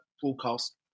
broadcast